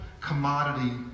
commodity